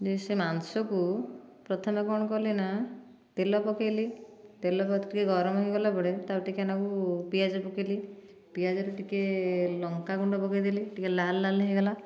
ଯେ ସେ ମାଂସକୁ ପ୍ରଥମେ କଣ କଲି ନା ତେଲ ପକେଇଲି ତେଲ ପକେଇକି ଗରମ ହେଲା ପରେ ତାପରେ ଟିକେ ନାକୁ ପିଆଜ ପକେଇଲି ପିଆଜ ରେ ଟିକେ ଲଙ୍କା ଗୁଣ୍ଡ ପକେଇଦେଲି ଟିକେ ଲାଲ ଲାଲ ହୋଇଗଲା